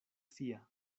sia